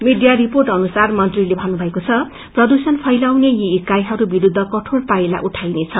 media report अनुसार मंत्रीले भन्नुभएको छ प्रदूषण फैलाउने यी एकाईहरू विरूद्ध कठोर पाइला उठाइनेछ